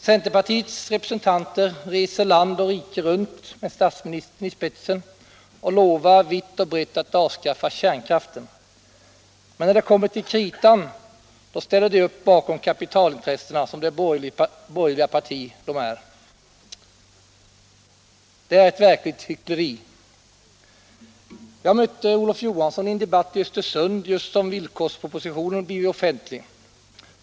Centerpartiets representanter med statsministern i spetsen reser land och rike runt och lovar vitt och brett att avskaffa kärnkraften, men när det kommer till kritan ställer de upp bakom kapitalintressena som det borgerliga parti det är. Det är ett verkligt hyckleri! Jag mötte herr Olof Johansson i en debatt i Östersund just när villkorspropositionen blivit offentlig.